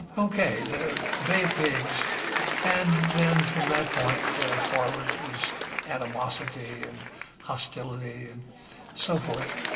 ok the bay of pigs and then from that point forward it was animosity and hostility and so forth.